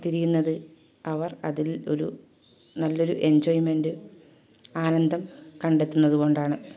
തിരിയുന്നത് അവർ അതിൽ ഒരു നല്ലൊരു എൻജോയ്മെൻറ് ആനന്തം കണ്ടെത്തുന്നത് കൊണ്ടാണ്